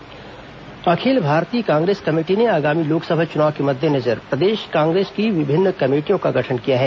कांग्रेस भाजपा चुनाव समिति अखिल भारतीय कांग्रेस कमेटी ने आगामी लोकसभा चुनाव के मद्देनजर प्रदेश कांग्रेस की विभिन्न कमेटियों का गठन किया है